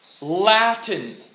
Latin